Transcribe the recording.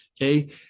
Okay